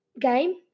game